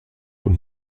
und